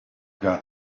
got